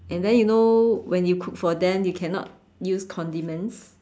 and then you know when you cook for them you cannot use condiments